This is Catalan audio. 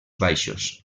baixos